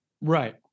Right